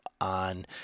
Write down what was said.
on